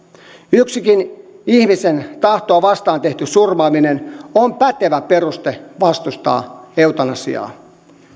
yksikin ihmisen tahtoa vastaan tehty surmaaminen on pätevä peruste vastustaa eutanasiaa